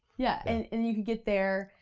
yeah, and you could get there,